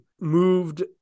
moved